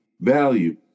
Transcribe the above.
value